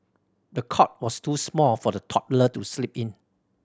the cot was too small for the toddler to sleep in